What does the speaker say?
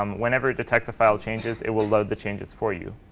um whenever it detects the file changes, it will load the changes for you.